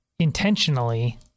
intentionally